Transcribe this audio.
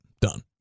Done